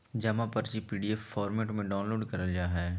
जमा पर्ची PDF format में डाउनलोड करल जा हय